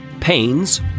pains